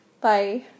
Bye